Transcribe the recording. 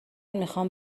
میخوام